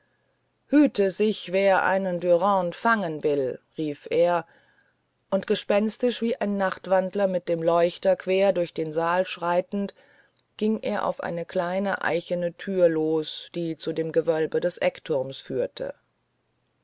hüte sich wer einen dürande fangen will rief er und gespenstisch wie ein nachtwandler mit dem leuchter quer durch den saal schreitend ging er auf eine kleine eichene tür los die zu dem gewölbe des eckturms führte